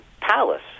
palace